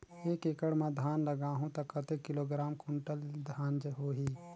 एक एकड़ मां धान लगाहु ता कतेक किलोग्राम कुंटल धान होही?